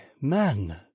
man